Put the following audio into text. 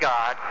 God